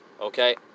Okay